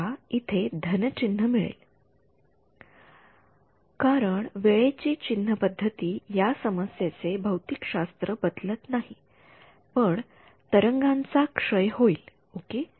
आपल्याल इथे धन चिन्ह मिळेल कारण वेळेची चिन्ह पद्धती या समस्येचे भौतिक शास्त्र बदलत नाही पण तरंगांचा क्षय होईल ओके